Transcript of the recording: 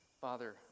father